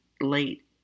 late